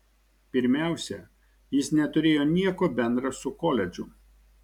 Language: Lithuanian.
pirmiausia jis neturėjo nieko bendra su koledžu